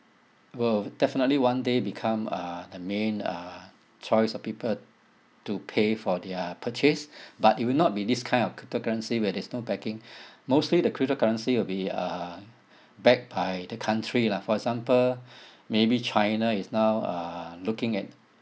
will definitely one day become uh the main uh choice for people to pay for their purchase but it will not be this kind of cryptocurrency where there's no backing mostly the cryptocurrency will be uh backed by the country lah for example maybe china is now uh looking at